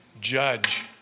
judge